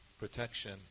protection